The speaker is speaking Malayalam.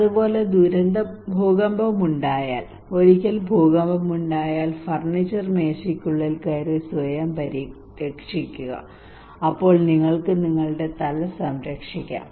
അതുപോലെ ഭൂകമ്പം ഉണ്ടായാൽ ഒരിക്കൽ ഭൂകമ്പം ഉണ്ടായാൽ ഫർണിച്ചർ മേശയ്ക്കുള്ളിൽ കയറി സ്വയം പരിരക്ഷിക്കുക അപ്പോൾ നിങ്ങൾക്ക് നിങ്ങളുടെ തല സംരക്ഷിക്കാം